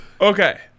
Okay